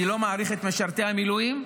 אני לא מעריך את משרתי המילואים?